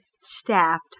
staffed